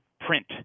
print